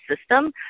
system